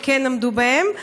הם כן עמדו בהן.